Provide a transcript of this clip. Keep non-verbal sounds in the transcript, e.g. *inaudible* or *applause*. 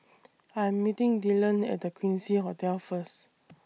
I Am meeting Dyllan At The Quincy Hotel First *noise*